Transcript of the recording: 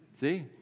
See